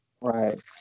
Right